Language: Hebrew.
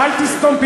אל תסתום פיות.